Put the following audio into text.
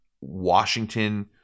Washington